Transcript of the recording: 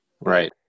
Right